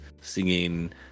singing